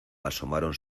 asomaron